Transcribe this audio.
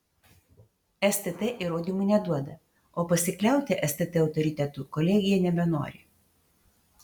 stt įrodymų neduoda o pasikliauti stt autoritetu kolegija nebenori